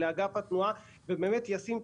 לאגף התנועה ובאמת ישים,